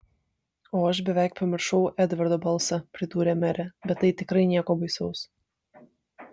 o aš beveik pamiršau edvardo balsą pridūrė merė bet tai tikrai nieko baisaus